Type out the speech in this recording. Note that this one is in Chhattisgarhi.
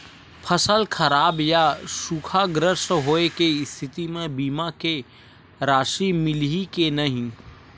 फसल खराब या सूखाग्रस्त होय के स्थिति म बीमा के राशि मिलही के नही?